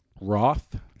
Roth